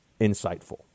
insightful